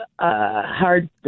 hard